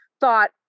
thought